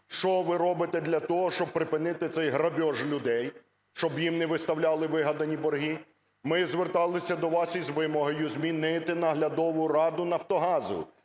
Що ви робите для того, щоб припинити цей грабіж людей, щоб їм не виставляли вигадані борги? Ми зверталися до вас із вимогою змінити наглядову раду "Нафтогазу".